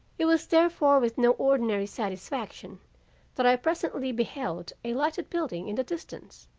it was therefore with no ordinary satisfaction that i presently beheld a lighted building in the distance,